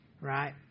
right